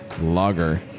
Lager